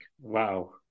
Wow